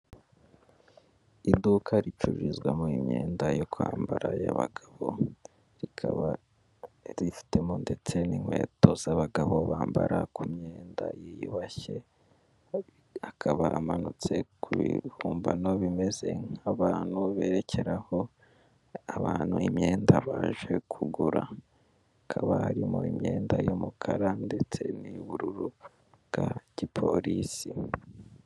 Iduka ricururizwamo imyenda yo kwambara y'abagabo rikaba rifitemo ndetse n'inkweto z'abagabo bambara kumyenda yiyubashye, akaba amanutse ku bihumbano bimeze nk'abantu berekeraho abantu imyenda baje kugura, hakaba harimo imyenda y'umukara ndetse n'ubururu bwa gipolisi.